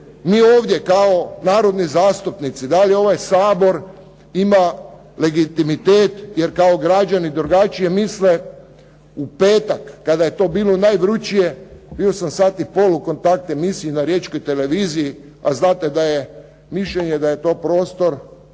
mi ovdje kao narodni zastupnici, da li ovaj Sabor ima legitimitet jer kao građani drugačije misle. U petak kada je to bilo najvrućije, bio sam sat i pol u kontakt emisiji na Riječkoj televiziji, a znate da je mišljenje da je to prostor